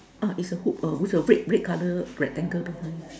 uh it's a hoop uh with the red red color rectangle behind